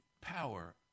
power